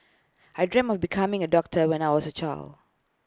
I dreamt of becoming A doctor when I was A child